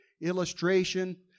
illustration